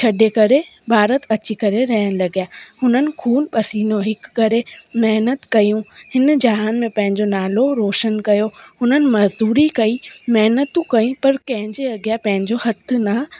छॾे करे भारत अची करे रहणु लॻिया हुननि ख़ून पसीनो हिकु करे महिनत कयूं हिन जहान में पंहिंजो नालो रोशन कयो हुननि मजदूरी कई महिनतूं कई पर कंहिंजे अॻिया पंहिंजो हथ न